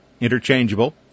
interchangeable